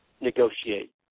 negotiate